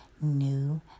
new